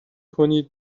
کنید